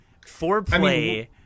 foreplay